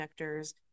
connectors